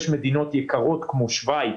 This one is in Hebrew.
יש מדינות יקרות, כמו שווייץ,